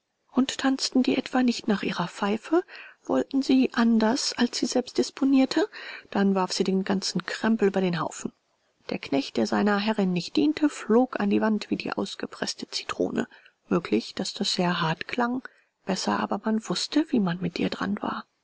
und tanzten die etwa nicht nach ihrer pfeife wollten sie anders als sie selbst disponierte dann warf sie den ganzen krempel über den haufen der knecht der seiner herrin nicht diente flog an die wand wie die ausgepreßte zitrone möglich daß das sehr hart klang besser aber man wußte wie man mit ihr dran war